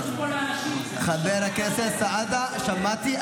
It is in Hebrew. נתנו פה לאנשים --- חבר הכנסת סעדה, שמעתי.